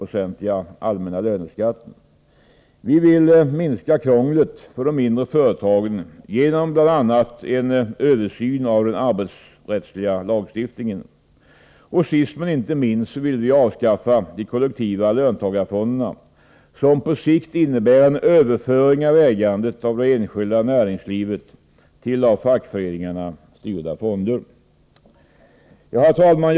O Minska krånglet för de mindre företagen, bl.a. genom en översyn av den arbetsrättsliga lagstiftningen. O Sist men inte minst vill vi avskaffa de kollektiva löntagarfonderna, som på sikt innebär en överföring av ägandet av det enskilda näringslivet till av fackföreningarna styrda fonder. Herr talman!